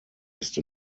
ist